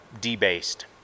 debased